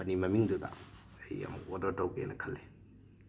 company ꯃꯃꯤꯡꯗꯨꯗ ꯑꯩ ꯑꯃꯨꯛ ꯑꯣꯗꯔ ꯇꯧꯒꯦꯅ ꯈꯜꯂꯦ